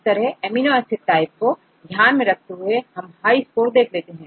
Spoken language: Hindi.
इस तरह अमीनो एसिड टाइप को ध्यान में रखते हुए हम हाई स्कोर देख लेते हैं